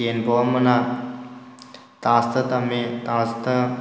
ꯇꯦꯟꯐꯧ ꯑꯃꯅ ꯇꯥꯖꯇ ꯇꯝꯃꯤ ꯇꯥꯖꯇ